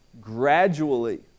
gradually